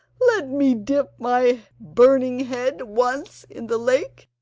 let me dip my burning head once in the lake,